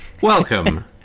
Welcome